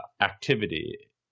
activity